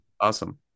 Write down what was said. awesome